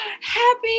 Happy